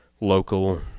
Local